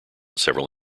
several